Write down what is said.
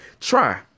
Try